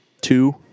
two